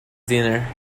dinner